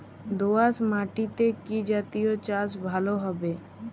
দোয়াশ মাটিতে কি জাতীয় চাষ ভালো হবে?